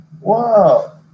Wow